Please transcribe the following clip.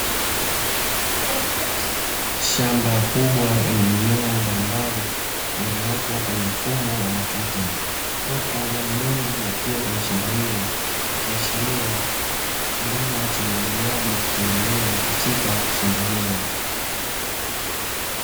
Shamba kubwa lenye mimea mbalimbali, iliyopo kwenye mfumo wa matuta, huku maji mengi yakiwa kwenye shamba hilo. Ikiashiria kilimo cha umwagiliaji kikiendelea katika shamba hilo.